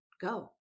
go